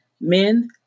Men